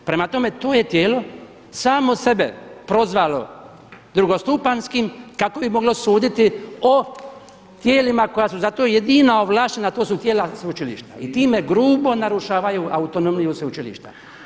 Prema tome, to je tijelo samo sebe prozvalo drugostupanjskim kako bi moglo suditi o tijelima koja su za to jedina ovlaštena, a to su tijela sveučilišta i time grubo narušavaju autonomiju sveučilišta.